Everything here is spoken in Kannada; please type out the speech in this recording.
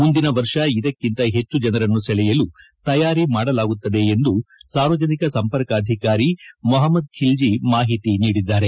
ಮುಂದಿನ ವರ್ಷ ಇದಕ್ಕಿಂತ ಹೆಚ್ಚು ಜನರನ್ನು ಸೆಳೆಯಲು ತಯಾರಿ ಮಾಡಲಾಗುತ್ತದೆ ಎಂದು ಸಾರ್ವಜನಿಕ ಸಂಪರ್ಕಾಧಿಕಾರಿ ಮಹಮ್ಮದ್ ಖಿಲ್ಜಿ ಮಾಹಿತಿ ನೀಡಿದ್ದಾರೆ